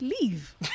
leave